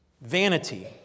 Vanity